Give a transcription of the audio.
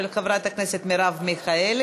של חברת הכנסת מרב מיכאלי.